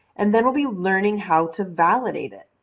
and then we'll be learning how to validate it.